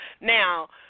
Now